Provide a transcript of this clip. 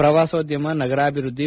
ಪ್ರವಾಸೋದ್ದಮ ನಗರಾಭಿವೃದ್ದಿ